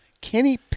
Kenny